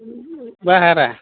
भारा